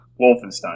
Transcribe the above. Wolfenstein